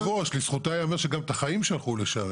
לזכותם ייאמר שגם את החיים שלחו לשם.